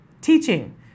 teaching